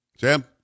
Sam